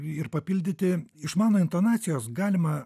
ir papildyti iš mano intonacijos galima